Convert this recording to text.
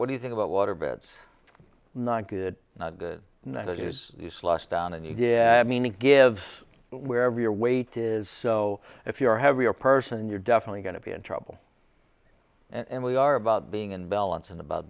what do you think about water beds not good not good at it is useless down and yeah i mean it gives wherever your weight is so if you're heavier person you're definitely going to be in trouble and we are about being in balance and about